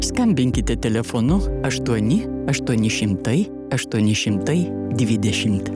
skambinkite telefonu aštuoni aštuoni šimtai aštuoni šimtai dvidešimt